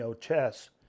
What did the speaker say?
chess